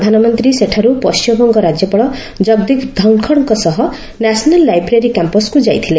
ପ୍ରଧାନମନ୍ତ୍ରୀ ସେଠାରୁ ପଶ୍ଚିମବଙ୍ଗ ରାଜ୍ୟପାଳ ଜଗଦୀପ୍ ଧନ୍ଗଡ଼୍ ସହ ନ୍ୟାସନାଲ୍ ଲାଇବ୍ରେରୀ କ୍ୟାମ୍ପସ୍କୁ ଯାଇଥିଲେ